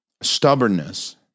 stubbornness